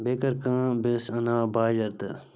بیٚیہِ کٔر کٲم بیٚیہِ ٲس اَنناوان باجَر تہٕ